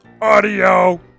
Audio